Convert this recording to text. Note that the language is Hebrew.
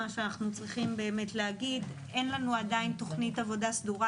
מה שאנחנו צריכים להגיד זה שאין לנו עדיין תוכנית עבודה סדורה,